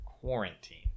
quarantine